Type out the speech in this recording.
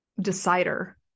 decider